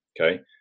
Okay